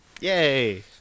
Yay